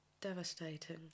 Devastating